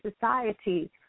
society